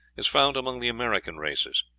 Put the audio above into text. is found among the american races.